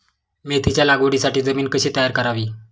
मेथीच्या लागवडीसाठी जमीन कशी तयार करावी?